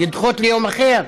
לדחות ליום אחר,